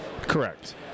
Correct